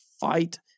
fight